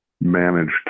managed